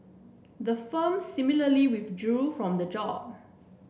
the firm similarly withdrew from the job